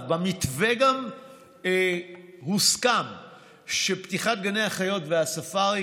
במתווה גם הוסכם שפתיחת גני החיות והספארי,